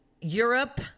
Europe